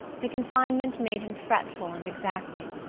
the confinement made him fretful and exacting,